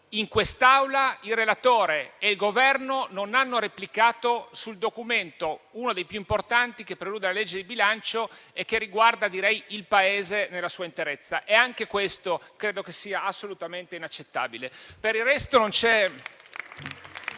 in quest'Aula, il relatore e il Governo non hanno replicato sul documento, uno dei più importanti, che prelude alla legge di bilancio e che riguarda il Paese nella sua interezza. Anche questo, a mio parere, è assolutamente inaccettabile.